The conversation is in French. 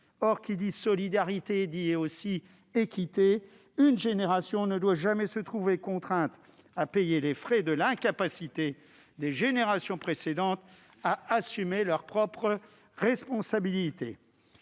Or qui dit solidarité, dit aussi équité : une génération ne doit jamais se trouver contrainte à payer les frais de l'incapacité des générations précédentes à assumer leurs propres responsabilités.